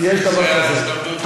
זו ההזדמנות,